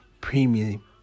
premium